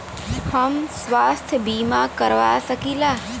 हम स्वास्थ्य बीमा करवा सकी ला?